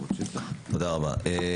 תודה רבה.